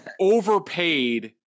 overpaid